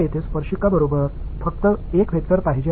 இங்கே ஒரு டான்ஜென்ட் உடன் ஒரு வெக்டர் வேண்டும்